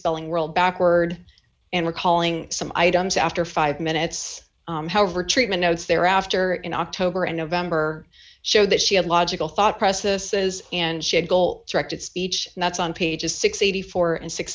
spelling world backward and recalling some items after five minutes however treatment notes thereafter in october and november showed that she had logical thought processes and she had goal directed speech and that's on pages six hundred and eighty four thousand six